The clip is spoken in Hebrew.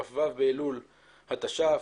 כ"ו באלול התש"ף,